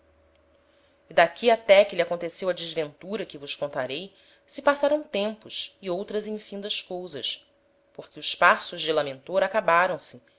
e d'aqui até que lhe aconteceu a desventura que vos contarei se passaram tempos e outras infindas cousas porque os paços de lamentor acabaram-se